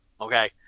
Okay